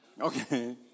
Okay